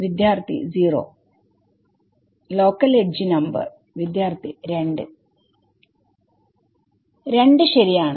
വിദ്യാർത്ഥി 0 local edge number വിദ്യാർത്ഥി 2 2 ശരിയാണ്